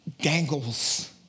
dangles